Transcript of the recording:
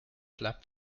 flap